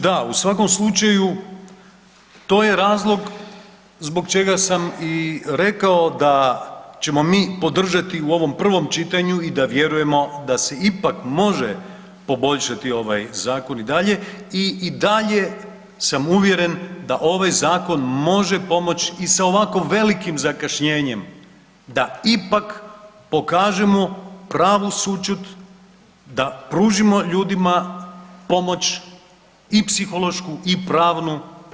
Da, u svakom slučaju to je razlog zbog čega sam i rekao da ćemo mi podržati u ovom prvom čitanju i da vjerujemo da se ipak može poboljšati ovaj zakon i dalje i dalje sam uvjeren da ovaj zakon može pomoć i sa ovako velikim zakašnjenjem da ipak pokažemo pravu sućut, da pružimo ljudima pomoć i psihološku i pravnu.